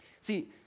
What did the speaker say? See